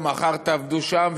מחר תעבדו שם,